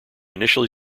initially